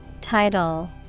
Title